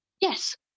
yes